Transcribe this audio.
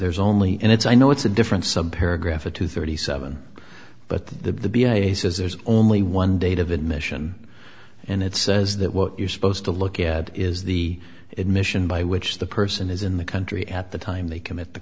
there's only and it's i know it's a different some paragraph or two thirty seven but the case is there's only one date of admission and it says that what you're supposed to look at is the admission by which the person is in the country at the time they commit the